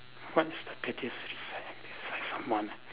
what is the pettiest reason to dislike someone